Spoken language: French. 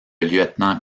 lieutenant